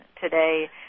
today